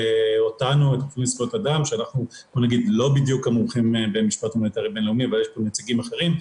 אנשים שהם בסכנת חיים,